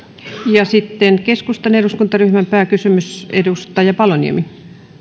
ja sitten keskustan eduskuntaryhmän pääkysymys edustaja paloniemi